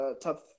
tough